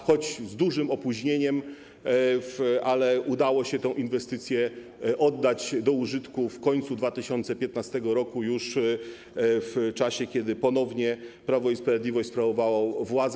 Choć z dużym opóźnieniem, ale udało się tę inwestycję oddać do użytku w końcu 2015 r., już w czasie, kiedy ponownie Prawo i Sprawiedliwość sprawowało władzę.